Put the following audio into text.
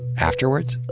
afterwards?